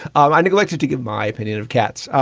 um i neglected to give my opinion of cats,